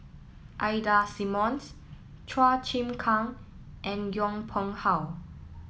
Ida Simmons Chua Chim Kang and Yong Pung How